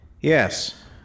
Yes